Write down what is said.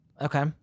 Okay